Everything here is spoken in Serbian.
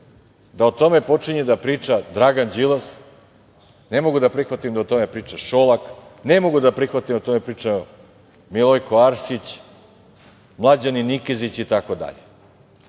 da o tome počinje da priča Dragan Đilas, ne mogu da prihvatim da o tome priča Šolak, ne mogu da prihvatim da o tome priča Milojko Arsić, mlađani Nikezić, itd.